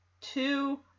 two